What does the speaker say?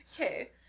Okay